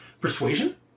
persuasion